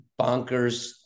bonkers